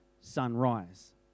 sunrise